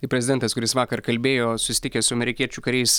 tai prezidentas kuris vakar kalbėjo susitikęs su amerikiečių kariais